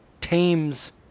tames